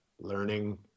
learning